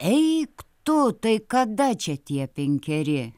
eik tu tai kada čia tie penkeri